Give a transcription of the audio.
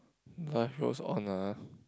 life goes on ah